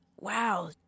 wow